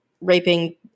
raping